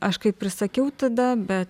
aš kaip ir sakiau tada bet